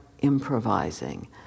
improvising